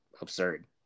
absurd